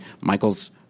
Michael's